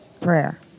prayer